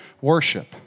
worship